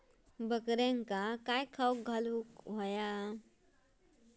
बकऱ्यांका काय खावक घालूचा?